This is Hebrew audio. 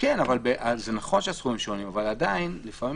נכון שהסכומים שונים אבל עדיין לפעמים